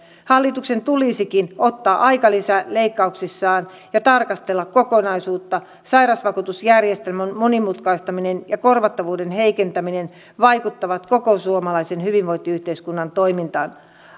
hallituksen tulisikin ottaa aikalisä leikkauksissaan ja tarkastella kokonaisuutta sairausvakuutusjärjestelmän monimutkaistaminen ja korvattavuuden heikentäminen vaikuttavat koko suomalaisen hyvinvointiyhteiskunnan toimintaan